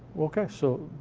okay, so,